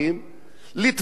לטבוח בהם.